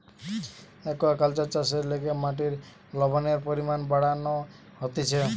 aquaculture চাষের লিগে মাটির লবণের পরিমান বাড়ানো হতিছে